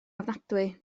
ofnadwy